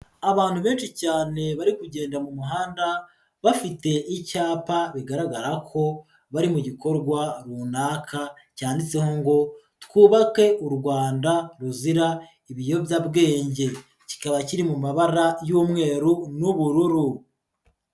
Abantu benshi cyane bari kugenda mu muhanda bafite icyapa bigaragara ko bari mu gikorwa runaka cyanditseho ngo twubake u Rwanda ruzira ibiyobyabwenge, kikaba kiri mu mabara y'umweru n'ubururu.